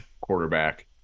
quarterback